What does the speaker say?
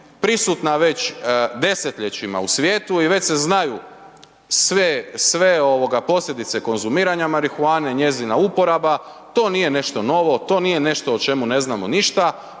prisutna već desetljećima u svijetu i već se znaju sve posljedice konzumiranja marihuane, njezina uporaba, to nije nešto novo, to nije nešto o čemu ne znamo ništa,